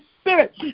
spirit